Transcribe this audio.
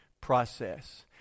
process